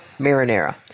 marinara